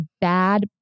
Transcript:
bad